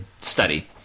study